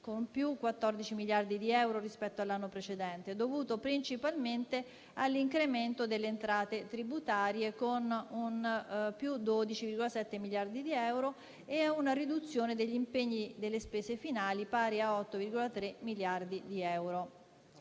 con più 14 miliardi di euro rispetto all'anno precedente, dovuto principalmente all'incremento delle entrate tributarie, con un più 12,7 miliardi di euro, e a una riduzione degli impegni delle spese finali pari a 8,3 miliardi di euro.